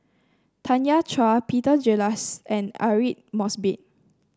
Tanya Chua Peter Gilchrist and Aidli Mosbit